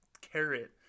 carrot